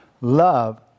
Love